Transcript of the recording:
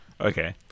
Okay